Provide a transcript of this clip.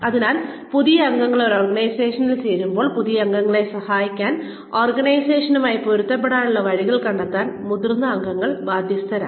അതിനാൽ പുതിയ അംഗങ്ങൾ ഒരു ഓർഗനൈസേഷനിൽ ചേരുമ്പോൾ പുതിയ അംഗത്തെ സഹായിക്കാൻ ഓർഗനൈസേഷനുമായി പൊരുത്തപ്പെടാനുള്ള വഴികൾ കണ്ടെത്താൻ മുതിർന്ന അംഗങ്ങൾ ബാധ്യസ്ഥരാണ്